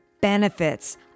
benefits